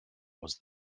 was